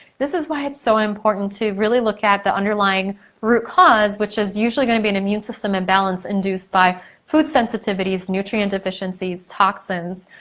this is why it's so important to really look at the underlying root cause which is usually gonna be an immune system imbalance induced by food sensitivities, nutrient deficiencies, toxins,